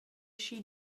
schi